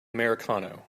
americano